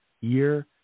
year